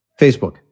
Facebook